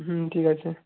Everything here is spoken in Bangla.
হুম ঠিক আছে